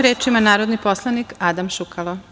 Reč ima narodni poslanik Adam Šukalo.